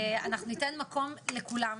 אנחנו ניתן מקום לכולם,